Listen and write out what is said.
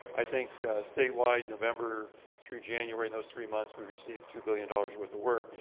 i think statewide, november through january, in those three months, we received two billion dollars worth of work.